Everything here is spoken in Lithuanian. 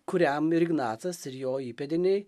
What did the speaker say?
kuriam ir ignacas ir jo įpėdiniai